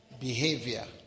behavior